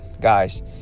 guys